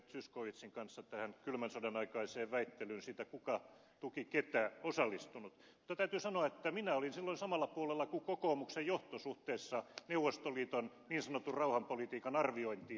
zyskowiczin kanssa tähän kylmän sodan aikaiseen väittelyyn siitä kuka tuki ketä osallistunut mutta täytyy sanoa että minä olin silloin samalla puolella kuin kokoomuksen johto suhteessa neuvostoliiton niin sanotun rauhanpolitiikan arviointiin